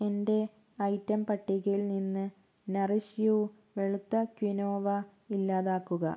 എന്റെ ഐറ്റം പട്ടികയിൽ നിന്ന് നറിഷ് യൂ വെളുത്ത ക്വിനോവ ഇല്ലാതാക്കുക